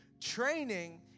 Training